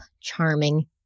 charming